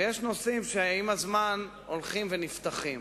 ויש נושאים שעם הזמן הולכים ונפתחים.